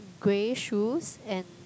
grey shoes and